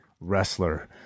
wrestler